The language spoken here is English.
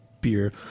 beer